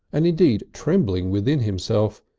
and indeed trembling within himself,